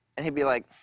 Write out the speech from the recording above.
and he'd be like,